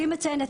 היא מציינת,